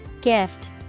Gift